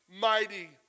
mighty